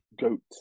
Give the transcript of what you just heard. goat